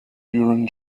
during